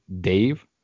dave